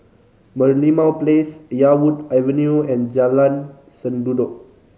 Merlimau Place Yarwood Avenue and Jalan Sendudok